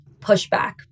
pushback